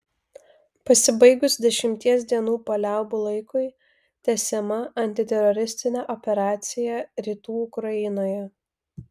pasibaigus dešimties dienų paliaubų laikui tęsiama antiteroristinė operacija rytų ukrainoje